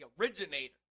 originator